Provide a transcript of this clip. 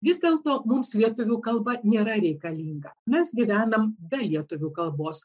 vis dėlto mums lietuvių kalba nėra reikalinga mes gyvenam be lietuvių kalbos